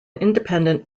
independent